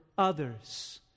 others